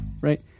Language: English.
right